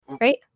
right